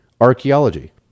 archaeology